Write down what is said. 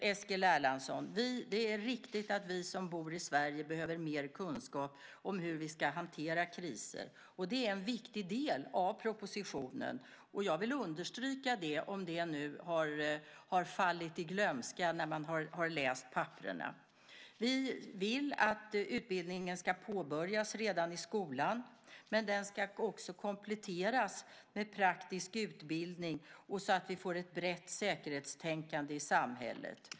Eskil Erlandsson! Det är riktigt att vi som bor i Sverige behöver mer kunskap om hur vi ska hantera kriser. Det är en viktig del av propositionen, och jag vill understryka det, om det nu har fallit i glömska när man har läst papperen. Vi vill att utbildningen ska påbörjas redan i skolan, men den ska också kompletteras med praktisk utbildning så att vi får ett brett säkerhetstänkande i samhället.